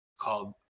called